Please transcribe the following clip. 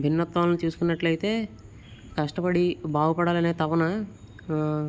భిన్నత్వంలో చూసుకున్నట్లయితే కష్టపడి బాగుపడాలి అనే తపన